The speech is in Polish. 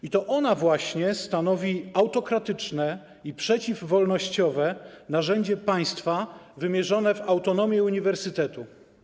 I to ona właśnie stanowi autokratyczne i przeciwwolnościowe narzędzie państwa wymierzone w autonomię uniwersytetu.